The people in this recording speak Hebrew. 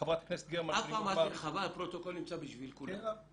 שחברת הכנסת גרמן --- הפרוטוקול נמצא בשביל כולם.